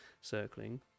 circling